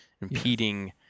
impeding